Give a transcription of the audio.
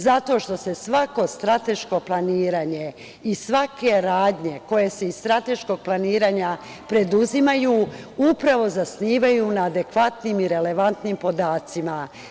Zato što se svako strateško planiranje i svake radnje koje se iz strateškog planiranja preduzimaju upravo zasnivaju na adekvatnim i relevantnim podacima.